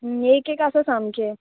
एक एक आसा सामकें